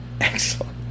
Excellent